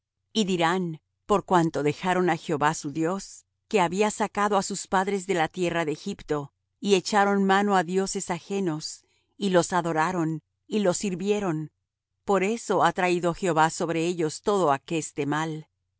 y dirán por cuanto dejaron á jehová su dios que había sacado á sus padres de tierra de egipto y echaron mano á dioses ajenos y los adoraron y los sirvieron por eso ha traído jehová sobre ellos todo aqueste mal y